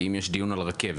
כי אם יש דיון על רכבת